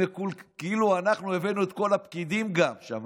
כאילו אנחנו הבאנו גם את כל הפקידים לשם,